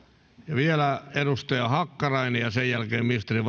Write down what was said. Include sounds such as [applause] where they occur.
ja vielä edustaja hakkarainen ja sen jälkeen ministerin [unintelligible]